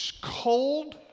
cold